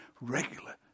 regular